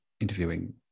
interviewing